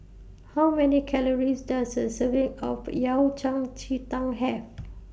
How Many Calories Does A Serving of Yao Cai Ji Tang Have